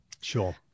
Sure